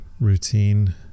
routine